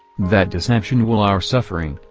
that deception will our suffering,